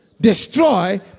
destroy